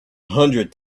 hundred